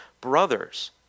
brothers